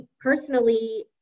personally